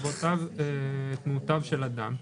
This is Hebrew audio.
ובעקבותיו אחר תנועותיו של אדם.